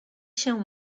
się